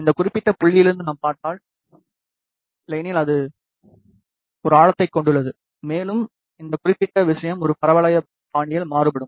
இந்த குறிப்பிட்ட புள்ளியிலிருந்து நாம் பார்த்தால் இல்லையெனில் அது ஒரு ஆழத்தைக் கொண்டுள்ளது மேலும் இந்த குறிப்பிட்ட விஷயம் ஒரு பரவளைய பாணியில் மாறுபடும்